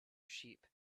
sheep